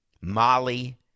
molly